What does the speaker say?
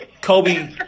Kobe